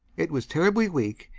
it was terribly weak,